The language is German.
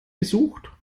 besucht